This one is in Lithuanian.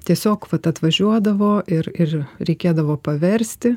tiesiog vat atvažiuodavo ir ir reikėdavo paversti